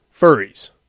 furries